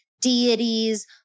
deities